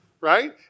right